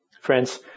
Friends